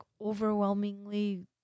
overwhelmingly